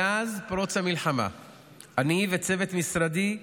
מאז פרוץ המלחמה אני וצוות משרדי,